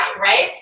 right